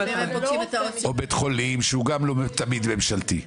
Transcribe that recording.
או בית חולים שהוא גם לא תמיד ממשלתי.